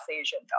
Asian